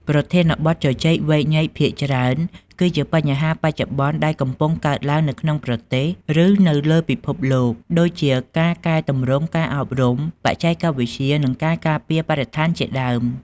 ប្រធានបទជជែកវែកញែកភាគច្រើន គឺជាបញ្ហាបច្ចុប្បន្នដែលកំពុងកើតឡើងនៅក្នុងប្រទេស ឬនៅលើពិភពលោក ដូចជាការកែទម្រង់ការអប់រំ បច្ចេកវិទ្យា ឬការពារបរិស្ថានជាដើម។